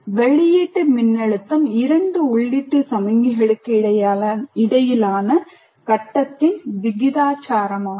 வெளியீட்டு மின்னழுத்தம் இரண்டு உள்ளீட்டு சமிக்ஞைகளுக்கு இடையிலான கட்டத்தின் விகிதாசாரமாகும்